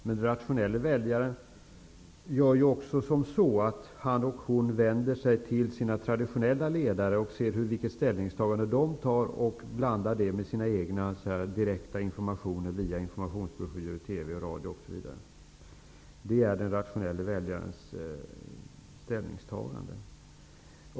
Den rationella väljaren vänder sig också till sina traditionella ledare, ser vilket ställningstagande de gör och blandar detta med de egna direkta informationer som kommit via informationsbroschyrer, TV och radio osv. Det är den rationelle väljarens ställningstagande.